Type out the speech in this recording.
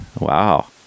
Wow